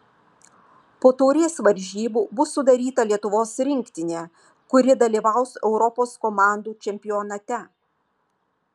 po taurės varžybų bus sudaryta lietuvos rinktinė kuri dalyvaus europos komandų čempionate